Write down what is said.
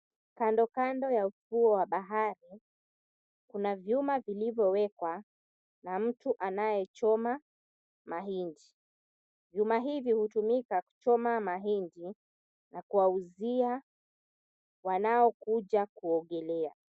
Kandokando ya ufuo wa bahari, kuna vyuma vilivyowekwa na mtu anayechoma mahindi. Vyuma hivi hutumika kuchoma mahindi na kuwauzia wanaokuja kuogelea.